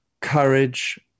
courage